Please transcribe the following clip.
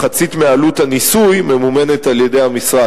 מחצית מעלות הניסוי ממומנת על-ידי המשרד.